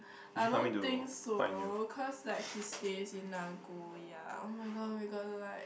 I don't think so cause like she stays in Nagoya [oh]-my-god we got like